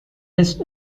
his